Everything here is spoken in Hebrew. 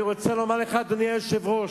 אני רוצה לומר לך, אדוני היושב-ראש: